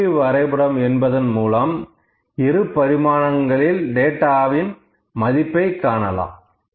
குமிழி வரைபடம் என்பது மூலம் இரு பரிமாணங்களில் டேட்டாவில் மதிப்பை காணலாம்